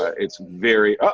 ah it's very uh-oh!